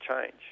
change